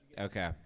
Okay